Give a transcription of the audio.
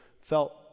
felt